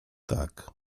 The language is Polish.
tak